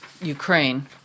Ukraine